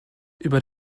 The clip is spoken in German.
über